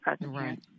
Right